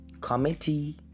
committee